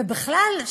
ובכלל,